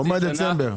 שנה.